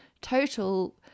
total